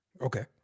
Okay